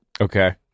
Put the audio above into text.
Okay